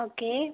okay